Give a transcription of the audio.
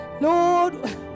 Lord